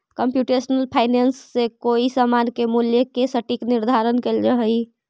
computational finance से कोई समान के मूल्य के सटीक निर्धारण कैल जा हई